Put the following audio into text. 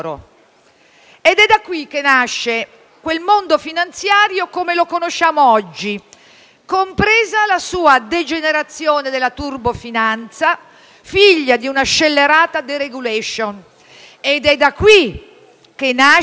È da qui che nasce quel mondo finanziario come lo conosciamo oggi, compresa la sua degenerazione della turbofinanza, figlia di una scellerata *deregulation;* ed è da qui che nasce la